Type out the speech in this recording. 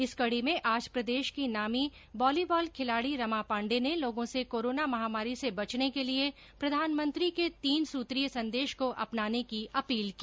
इस कड़ी में आज प्रदेश की नामी वॉलीबाल खिलाड़ी रमा पाण्डे ने लोगों से कोरोना महामारी से बचने के लिये प्रधानमंत्री के तीन सुत्रीय संदेश को अपनाने की अपील की